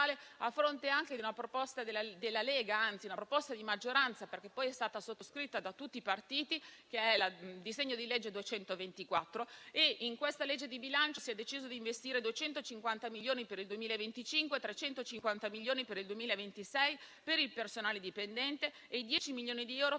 a fronte anche di una proposta della Lega, che è in realtà una proposta di maggioranza, perché poi è stata sottoscritta da tutti i partiti. Si tratta del disegno di legge n. 224. In questa legge di bilancio si è deciso di investire 250 milioni per il 2025, 350 milioni per il 2026 per il personale dipendente e dieci milioni di euro per il